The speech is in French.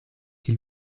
qui